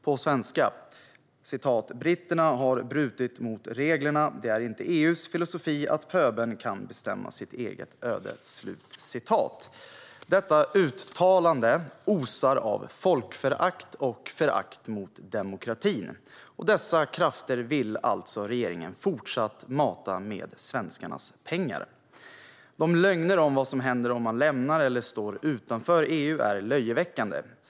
På svenska: Britterna har brutit mot reglerna. Det är inte EU:s filosofi att pöbeln kan bestämma sitt eget öde. Detta uttalande osar av folkförakt och förakt mot demokratin. Dessa krafter vill alltså regeringen fortsätta att mata med svenskarnas pengar. De lögner om vad som händer om man lämnar eller står utanför EU är löjeväckande.